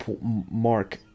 mark